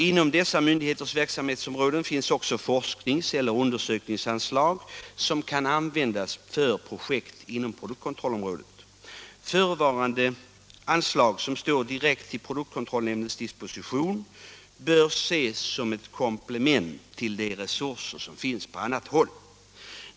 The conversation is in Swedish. Inom dessa myndigheters verksamhetsområden finns också forsknings eller undersökningsanslag som kan användas för projekt inom produktkontrollområdet. Förevarande anslag, som står direkt till produktkontrollnämndens disposition, bör ses som ett komplement till de resurser som finns på annat håll.